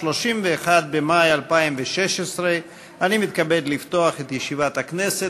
31 במאי 2016. אני מתכבד לפתוח את ישיבת הכנסת.